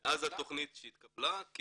המכרז הראשון מאז שהתקבלה התכנית.